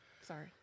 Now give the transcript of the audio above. sorry